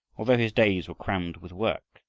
although his days were crammed with work,